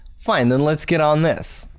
fine, then let's get on this.